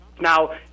Now